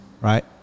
right